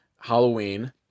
Halloween